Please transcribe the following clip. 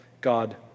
God